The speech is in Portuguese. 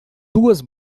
duas